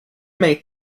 may